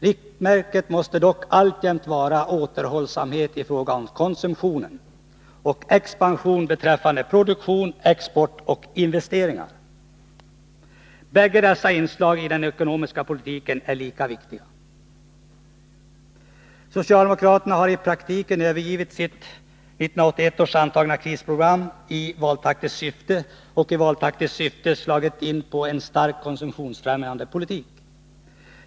Riktmärket måste dock alltjämt vara återhållsamhet i fråga om konsumtion och expansion beträffande produktion, export och investeringar. Bägge dessa inslag i den ekonomiska politiken är lika viktiga. Socialdemokraterna har i praktiken övergivit sitt 1981 antagna krisprogram och i valtaktiskt syfte slagit in på en starkt konsumtionsfrämjande politik.